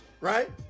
right